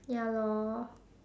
ya loh